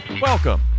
welcome